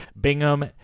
Bingham –